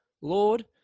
Lord